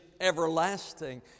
everlasting